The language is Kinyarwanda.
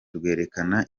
rwerekana